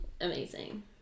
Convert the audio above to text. amazing